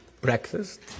breakfast